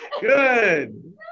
Good